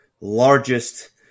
largest